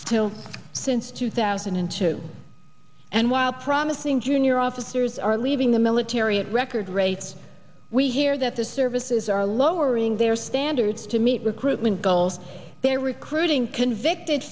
to since two thousand and two and while promising junior officers are leaving the military at record rates we hear that the services are lowering their standards to meet recruitment goals they're recruiting convicted